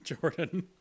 Jordan